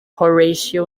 horatio